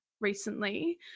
recently